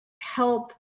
help